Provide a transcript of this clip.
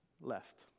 left